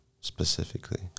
specifically